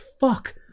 fuck